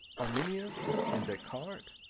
arminius, and descartes,